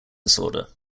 disorder